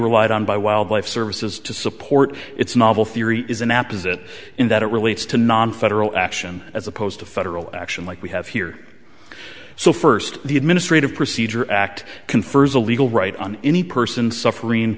relied on by wildlife services to support its novel theory is an app is it in that it relates to nonfederal action as opposed to federal action like we have here so first the administrative procedure act confers a legal right on any person suffering